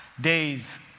days